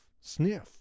sniff